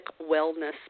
wellness